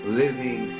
living